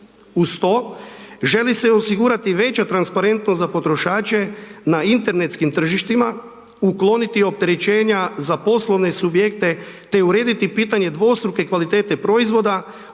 Uz to želi se osigurati veća transparentnost za potrošače na internetskim tržištima ukloniti opterećenja za poslovne subjekte te urediti pitanje dvostruke kvalitete proizvoda